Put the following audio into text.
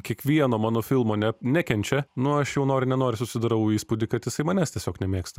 kiekvieno mano filmo ne nekenčia nu aš jau nori nenori susidarau įspūdį kad jisai manęs tiesiog nemėgsta